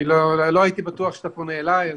אני לא הייתי בטוח שאתה פונה אליי.